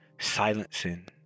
silencing